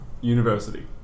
University